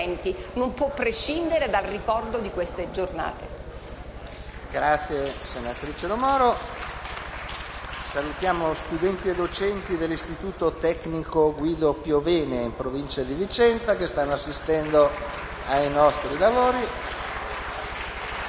non può prescindere dal ricordo in queste Giornate.